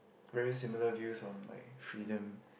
very similar views on like freedom